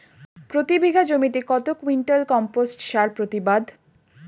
প্রতি বিঘা জমিতে কত কুইন্টাল কম্পোস্ট সার প্রতিবাদ?